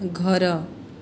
ଘର